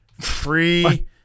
Free